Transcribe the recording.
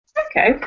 Okay